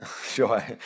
sure